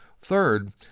Third